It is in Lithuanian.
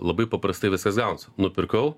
labai paprastai viskas gaunas nupirkau